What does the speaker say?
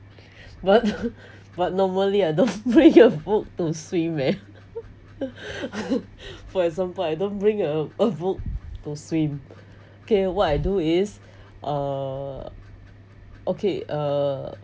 but but normally I don't bring a book to swim eh for example I don't bring a a book to swim K what I do is uh okay uh